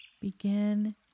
begin